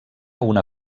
una